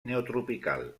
neotropical